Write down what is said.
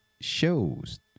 shows